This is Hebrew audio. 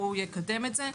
הוא יקדם את זה.